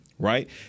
Right